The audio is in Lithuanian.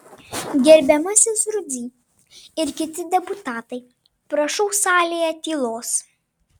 gerbiamasis rudzy ir kiti deputatai prašau salėje tylos